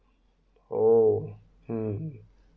orh um